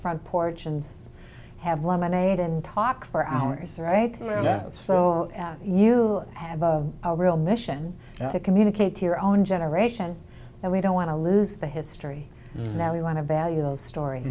front porch and have lemonade and talk for hours right so you have a real mission to communicate to your own generation and we don't want to lose the history